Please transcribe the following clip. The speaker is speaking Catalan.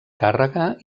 càrrega